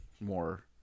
more